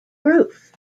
roof